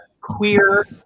queer